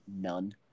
None